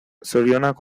zorionak